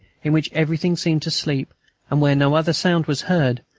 in which everything seemed to sleep and where no other sound was heard,